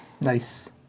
Nice